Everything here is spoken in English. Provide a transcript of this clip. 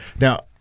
Now